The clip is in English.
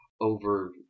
over